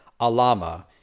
alama